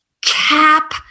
cap